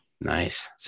Nice